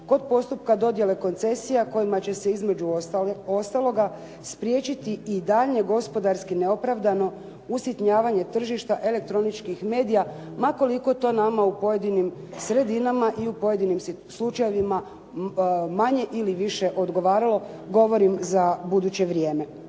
kod postupka dodjele koncesija kojima će se između ostaloga spriječiti i daljnje gospodarski neopravdano usitnjavanje tržišta elektroničkih medija ma koliko to nama u pojedinim sredinama i u pojedinim slučajevima manje ili više odgovaralo, govorim za buduće vrijeme.